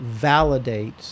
validates